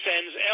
sends